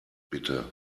bitte